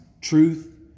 truth